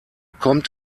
kommt